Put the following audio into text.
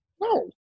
No